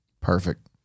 perfect